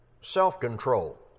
self-control